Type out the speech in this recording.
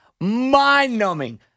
mind-numbing